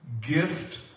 Gift